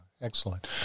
Excellent